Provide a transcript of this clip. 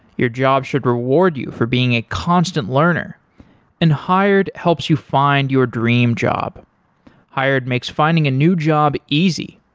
your job should reward you for being a constant learner and hired helps you find your dream job hired makes finding a new job easy.